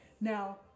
Now